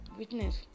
witness